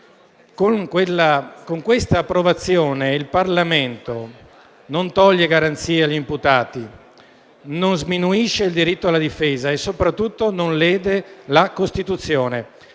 di questo testo il Parlamento non toglie garanzie agli imputati, non sminuisce il diritto alla difesa e soprattutto non lede la Costituzione,